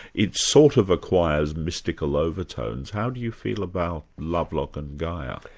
it sort of acquires mystical overtones. how do you feel about lovelock and gaia?